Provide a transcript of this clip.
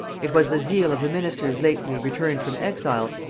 it was the zeal of the ministers lately returned from exile,